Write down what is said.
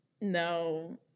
no